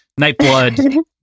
nightblood